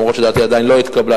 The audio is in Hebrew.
אומנם דעתי עדיין לא התקבלה,